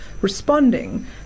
responding